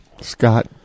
Scott